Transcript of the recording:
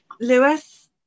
Lewis